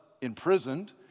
imprisoned